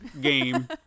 game